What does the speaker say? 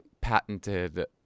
patented